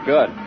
Good